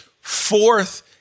fourth